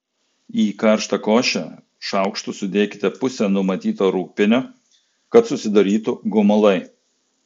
į karštą košę šaukštu sudėkite pusę numatyto rūgpienio kad susidarytų gumulai